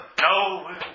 No